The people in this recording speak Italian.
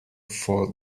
for